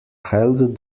held